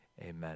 Amen